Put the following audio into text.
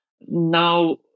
now